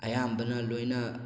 ꯑꯌꯥꯝꯕꯅ ꯂꯣꯏꯅ